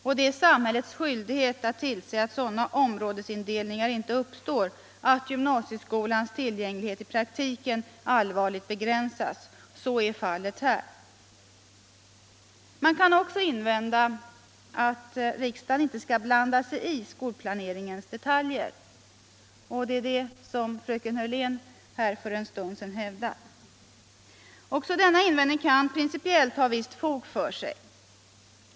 Det är samhällets skyldighet att tillse att sådana områdesindelningar inte uppstår att gymnasieskolans tillgänglighet i praktiken allvarligt begränsas. Så är fallet här. Man kan också invända att riksdagen inte skall blanda sig i skolplaneringens detaljer. Det var det som fröken Hörlén hävdade för en stund sedan. Också denna invändning kan principiellt ha ett visst fog för sig.